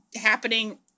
happening